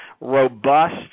robust